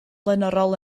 flaenorol